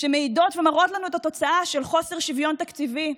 שמעידות ומראות לנו את התוצאה של חוסר שוויון תקציבי,